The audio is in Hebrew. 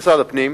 משרד הפנים.